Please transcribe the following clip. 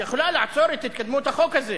היא יכולה לעצור את התקדמות החוק הזה.